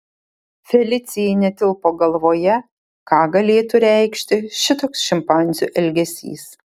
felicijai netilpo galvoje ką galėtų reikšti šitoks šimpanzių elgesys